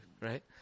right